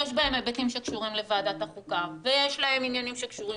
יש בהם היבטים שקשורים לוועדת החוקה ויש להם עניינים שקשורים